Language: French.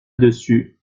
dessus